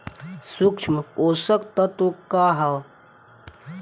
सूक्ष्म पोषक तत्व का ह?